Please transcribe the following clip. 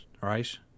right